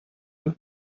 eux